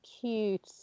cute